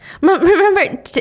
Remember